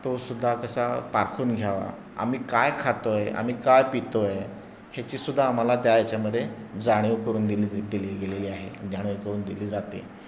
तो सुद्धा कसा पारखून घ्यावा आम्ही काय खातो आहे आम्ही काय पितो आहे ह्याची सुद्धा आम्हाला त्या याच्यामध्ये जाणीव करून दिली दिली गेलेली आहे जाणीव करून दिली जाते